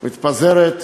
מתפזרת,